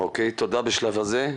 תודה בשלב הזה.